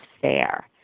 fair